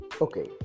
Okay